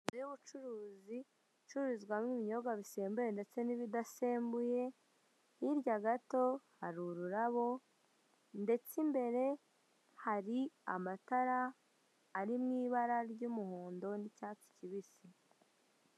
Inzu y'ubucuruzi icururizwamo ibinyobwa bisembuye ndetse n'ibidasembuye, hirya gato haro ururabo ndetse imbere hari amatara ari mu ibara ry'umuhondo n'icyatsi kibisi.